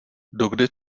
dokdy